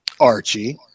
Archie